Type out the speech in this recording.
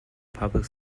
public